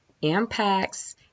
impacts